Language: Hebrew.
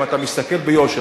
אם אתה מסתכל ביושר,